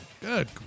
good